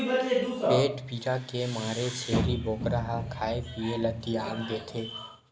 पेट पीरा के मारे छेरी बोकरा ह खाए पिए ल तियाग देथे